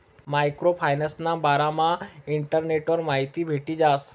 micro फायनान्सना बारामा इंटरनेटवर माहिती भेटी जास